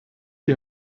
die